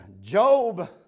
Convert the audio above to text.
Job